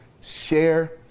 share